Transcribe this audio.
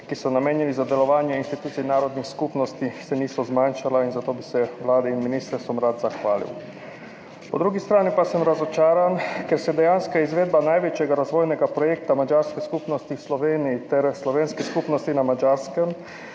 ki so namenjena za delovanje institucij narodnih skupnosti, niso zmanjšala. Za to bi se Vladi in ministrstvom rad zahvalil. Po drugi strani pa sem razočaran, ker se dejanska izvedba največjega razvojnega projekta madžarske skupnosti v Sloveniji ter slovenske skupnosti na Madžarskem